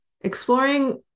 exploring